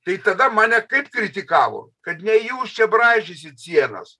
tai tada mane kaip kritikavo kad ne jūs čia braižysit sienas